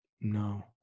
No